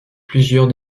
plusieurs